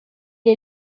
est